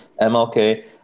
MLK